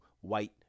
white